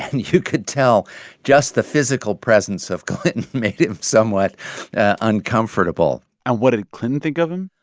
you could tell just the physical presence of clinton made him somewhat uncomfortable and what did clinton think of him?